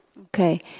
Okay